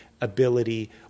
ability